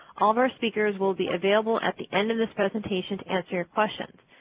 all of our speakers will be available at the end of this presentation to answer your questions.